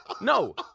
No